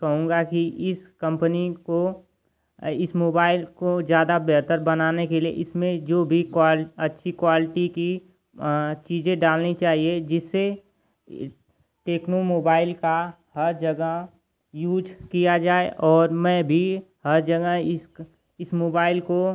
कहूँगा कि इस कम्पनी को इस मोबाइल को ज़्यादा बेहतर बनाने के लिए इसमें जो भी क्वाल अच्छी क्वालिटी की चीज़ें डालनी चाहिए जिससे टेक्नो मोबाइल का हर जगह यूज़ किया जाए और मैं भी हर जगह इस इस मोबाइल को